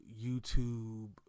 YouTube